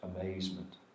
amazement